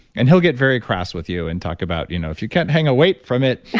and he'll get very crass with you and talk about, you know if you can't hang a weight from it,